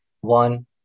One